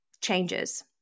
changes